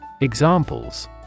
Examples